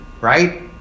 Right